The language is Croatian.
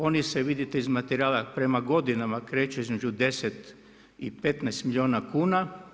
Oni se vidite iz materijala, prema godinama kreću između 10 i 15 milijuna kuna.